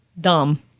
Dumb